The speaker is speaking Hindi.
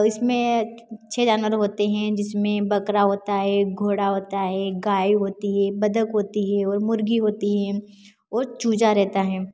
उसमें अच्छे जानवर होते हैं जिसमें बकरा होता है घोड़ा होता है गाय होती है बतख होती है और मुर्गी होती हैं और चूज़ा रहता है